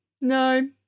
no